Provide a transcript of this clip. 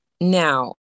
Now